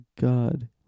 God